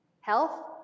health